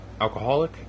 alcoholic